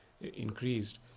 increased